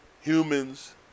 humans